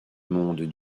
monde